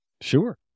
Sure